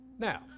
Now